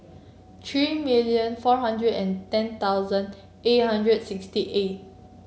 three million four hundred and ten thousand eight hundred sixty eight